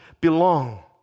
belong